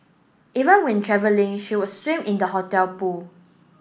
even when travelling she would swim in the hotel pool